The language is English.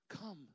Come